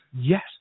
yes